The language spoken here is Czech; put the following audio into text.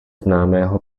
známého